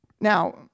Now